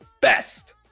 best